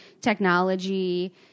technology